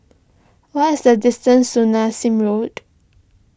what is the distance to Nassim Road